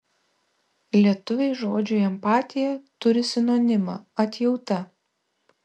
lietuviai žodžiui empatija turi sinonimą atjauta